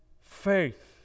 Faith